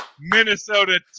Minnesota